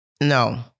no